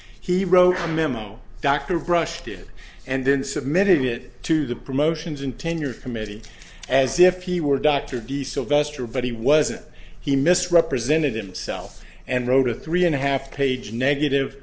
he wrote a memo dr brushed it and then submitted it to the promotions and tenure committee as if he were dr d sylvester but he wasn't he misrepresented himself and wrote a three and a half page negative